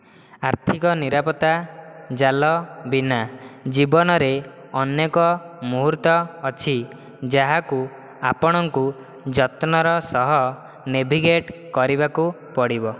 ଆର୍ଥିକ ନିରାପତ୍ତା ଜାଲ ବିନା ଜୀବନରେ ଅନେକ ମୁହୂର୍ତ୍ତ ଅଛି ଯାହାକୁ ଆପଣଙ୍କୁ ଯତ୍ନର ସହ ନେଭିଗେଟ୍ କରିବାକୁ ପଡ଼ିବ